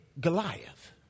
Goliath